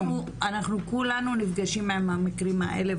כולנו נפגשים עם המקרים האלה.